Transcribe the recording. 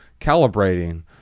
calibrating